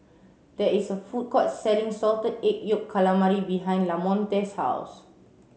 there is a food court selling salted egg yolk calamari behind Lamonte's house